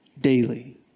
daily